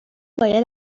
باید